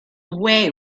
away